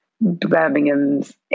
Birmingham's